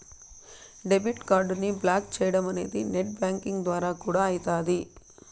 debit కార్డుని block చేయడమనేది net banking ద్వారా కూడా అయితాది